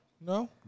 No